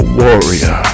warrior